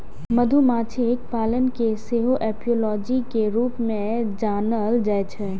मधुमाछी पालन कें सेहो एपियोलॉजी के रूप मे जानल जाइ छै